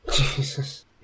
Jesus